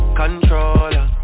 controller